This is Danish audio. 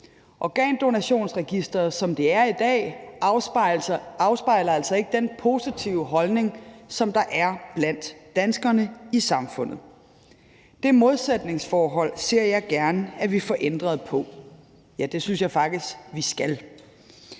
Organdonorregisteret, som det er i dag, afspejler altså ikke den positive holdning, som der er blandt danskerne i samfundet. Det modsætningsforhold ser jeg gerne at vi får ændret på, ja, det synes jeg faktisk vi skal.